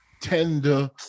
tender